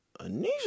Anisha